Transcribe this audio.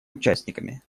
участниками